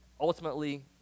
ultimately